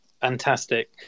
Fantastic